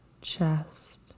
chest